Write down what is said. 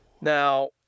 Now